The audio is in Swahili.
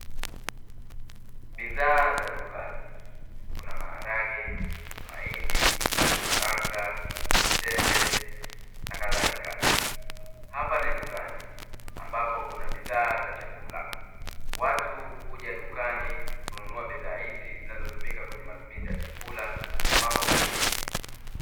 Bidhaa za dukani kuna maharage, mahindi, karanga, tende na kadhalika. Hapa ni dukani ambapo kuna bidhaa za chakula. Watu huja dukani kununua bidhaa hizi zinazotumika kwenye matumizi ya chakula na mambo mengine.